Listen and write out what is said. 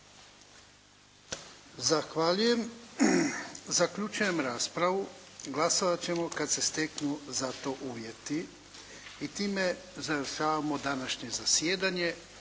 Zahvaljujem. Zaključujem raspravu. Glasovat ćemo kad se steknu za to uvjeti. I time završavamo današnje zasjedanje.